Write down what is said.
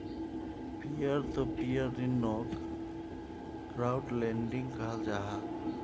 पियर तो पियर ऋन्नोक crowd lending कहाल जाहा